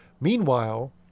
meanwhile